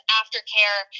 aftercare